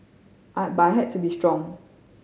but I had to be strong